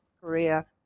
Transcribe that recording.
Korea